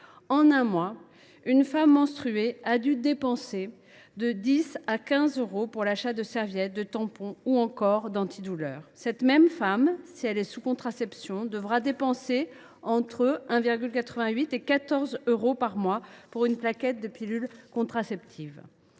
en un mois, une femme menstruée a dû dépenser de 10 à 15 euros pour l’achat de serviettes, de tampons ou encore d’antidouleurs. Cette même femme, si elle est sous contraception, devra dépenser entre 1,88 et 14 euros par mois pour une plaquette de pilules contraceptives.